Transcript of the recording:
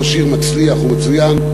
ראש עיר מצליח ומצוין,